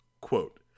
Quote